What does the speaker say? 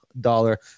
dollar